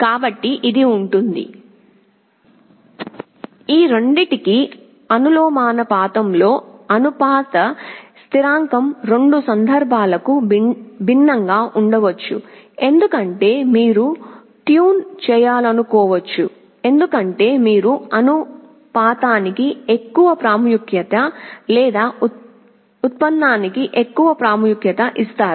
కాబట్టి ఇది ఉంటుంది ఈ రెండింటికి అనులోమానుపాతంలో అనుపాత స్థిరాంకం రెండు సందర్భాలకు భిన్నంగా ఉండవచ్చు ఎందుకంటే మీరు ట్యూన్ చేయాలనుకోవచ్చు ఎందుకంటే మీరు అనుపాతానికి ఎక్కువ ప్రాముఖ్యత లేదా ఉత్పన్నానికి ఎక్కువ ప్రాముఖ్యత ఇస్తారు